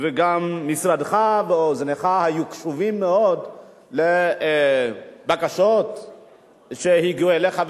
וגם משרדך ואוזנך היו קשובים מאוד לבקשות שהגיעו אליך,